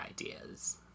ideas